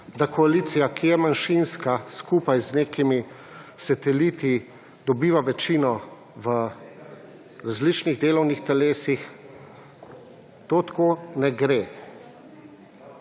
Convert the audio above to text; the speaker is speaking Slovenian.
da koalicija, ki je manjšinska skupaj z nekimi sateliti dobiva večino v različnih delovnih telesih to tako ne gre